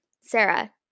Sarah